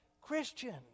Christian